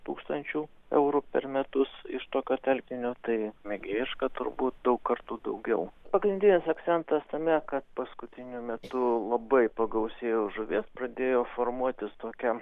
tūkstančių eurų per metus iš tokio telkinio tai mėgėjiška turbūt daug kartų daugiau pagrindinis akcentas tame kad paskutiniu metu labai pagausėjo žuvies pradėjo formuotis tokia